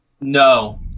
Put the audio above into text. No